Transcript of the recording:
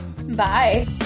Bye